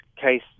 case